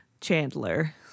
Chandler